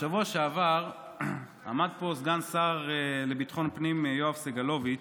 בשבוע שעבר עמד פה סגן השר לביטחון הפנים יואב סגלוביץ',